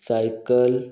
cycle